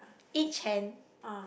each hand